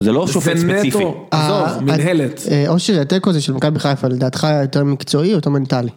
זה לא שופט ספציפי, זה נטו עזוב מנהלת. אושי, התיקו הזה של מכבי בחיפה, לדעתך, יותר מקצועי או יותר מנטלי?